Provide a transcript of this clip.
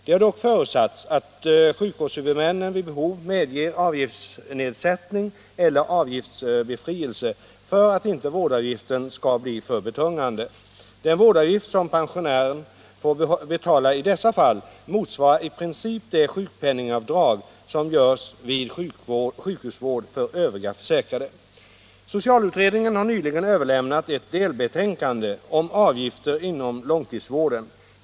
Det har dock förutsatts att sjukvårdshuvudmännen vid behov medger avgiftsnedsättning eller avgiftsbefrielse för att inte vårdavgiften skall bli för betungande. Den vårdavgift som pensionären får betala i dessa fall motsvarar i princip det sjukpenningavdrag som görs vid sjukhusvård för övriga försäkrade. Socialutredningen har nyligen överlämnat ett delbetänkande om av gifter inom långtidsvården.